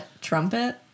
trumpet